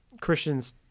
Christians